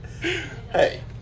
Hey